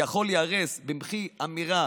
יכול להיהרס במחי אמירה